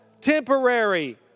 temporary